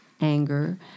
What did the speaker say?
anger